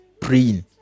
praying